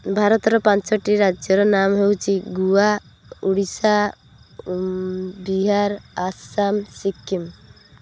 ଭାରତର ପାଞ୍ଚଟି ରାଜ୍ୟର ନାମ ହେଉଛି ଗୋଆ ଓଡ଼ିଶା ବିହାର ଆସାମ ସିକିମ୍